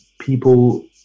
people